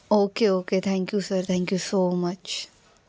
okay okay thank you sir thank you so much